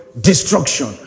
destruction